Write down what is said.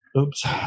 oops